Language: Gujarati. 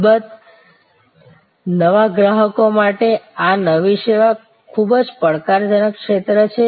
અલબત્ત નવા ગ્રાહકો માટે આ નવી સેવા ખૂબ જ પડકારજનક ક્ષેત્ર છે